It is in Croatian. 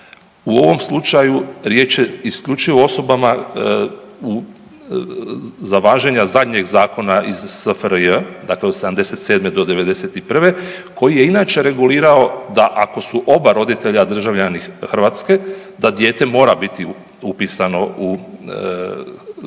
U ovom slučaju, riječ je isključivo o osobama u, za važenje zadnjeg zakona iz SFRJ, dakle od '77. do '91. koji je inače regulirao da ako su oba roditelja državljani Hrvatske, da dijete mora biti upisano u hrvatsko